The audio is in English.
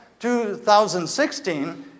2016